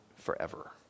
Forever